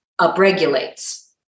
upregulates